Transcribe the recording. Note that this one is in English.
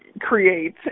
create